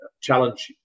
challenge